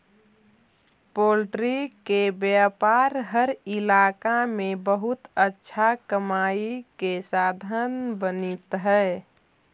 poultry के व्यापार हर इलाका में बहुत अच्छा कमाई के साधन बनित हइ